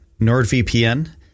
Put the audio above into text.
NordVPN